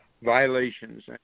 Violations